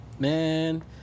Man